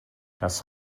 das